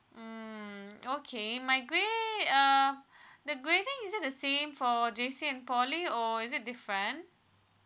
mm okay my grade uh the grading is it the same for J_C and poly or is it different